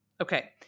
Okay